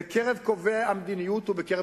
בקרב קובעי המדיניות ובקרב